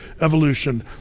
evolution